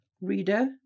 Reader